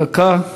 דקה.